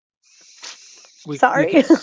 sorry